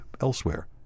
elsewhere